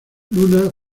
luna